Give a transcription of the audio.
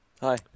Hi